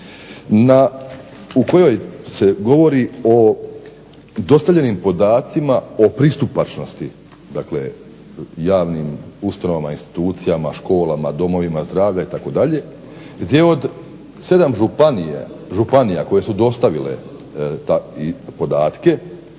u kojoj se govori o dostavljenim podacima o pristupačnosti dakle javnim ustanovama, institucijama, školama, domovima zdravlja itd. gdje od 7 županija koje su dostavile te podatke